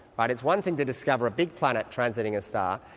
but it's one thing to discover a big planet transiting a star,